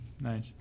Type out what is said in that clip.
Nice